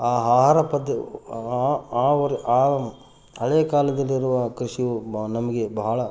ಆ ಆಹಾರ ಪದ್ದು ಆ ಆ ವರು ಆ ಹಳೆಯ ಕಾಲದಲ್ಲಿರುವ ಕೃಷಿಯು ಮ ನಮಗೆ ಬಹಳ